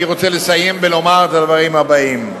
אני רוצה לסיים ולומר את הדברים הבאים: